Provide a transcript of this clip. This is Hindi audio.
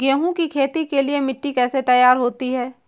गेहूँ की खेती के लिए मिट्टी कैसे तैयार होती है?